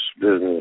business